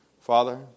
Father